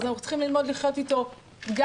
אז אנחנו צריכים ללמוד לחיות איתו גם